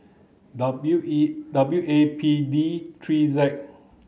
W A W A P D three Z